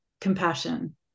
compassion